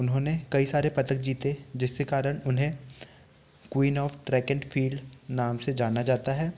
उन्होंने कई सारे पदक जीते जिसके कारण उन्हें queen of track and field नाम से जाना जाता है